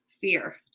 fear